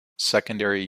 secondary